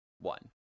one